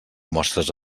mostres